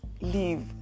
leave